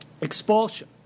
expulsion